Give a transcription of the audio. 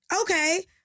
Okay